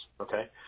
okay